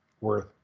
worth